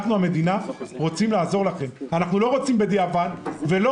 אנחנו רוצים לעזור לכם עכשיו ולא